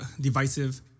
divisive